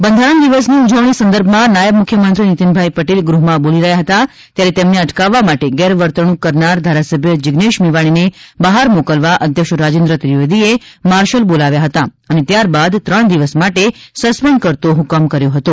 બંધારણ દિવસ ની ઉજવણી સંદર્ભ માં નાયબ મુખ્યમંત્રી નિતિનભાઈ પટેલ ગૃહ માં બોલી રહ્યા હતા ત્યારે તેમને અટકાવવા માટે ગેરવર્તણૂક કરનાર ધારાસભ્ય જિઝ્નેશ મેવાણીને બહાર મોકલવા અધ્યક્ષ રાજેન્દ્ર ત્રિવેદી એ માર્શલ બોલાવ્યા હતા અને ત્યારબાદ ત્રણ દિવસ માટે સસ્પેન્ડ કરતો હુકમ કર્યો હતો